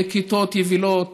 בכיתות יבילות,